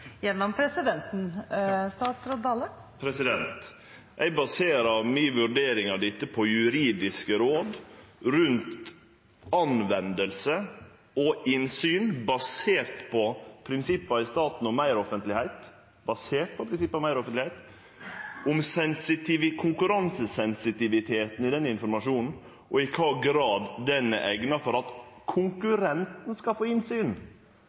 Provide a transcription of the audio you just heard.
det? Presidenten vil minne representanten om at talen skal rettes gjennom presidenten. Eg baserer mi vurdering av dette på juridiske råd om bruk og innsyn basert på prinsippa i staten om meir offentlegheit, om konkurransesensitiviteten i denne informasjonen, og i kva grad han er eigna for at konkurrentar skal få